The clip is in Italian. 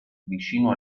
vicino